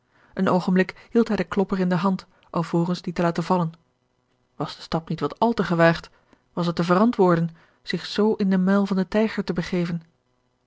een oogenblik hield hij den klopper in de hand alvorens dien te laten vallen was de stap niet wat al te gewaagd was het te verantwoorden zich z in den muil van den tijger te begeven